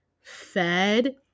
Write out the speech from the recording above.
fed